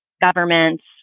governments